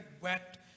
wet